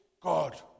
God